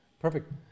perfect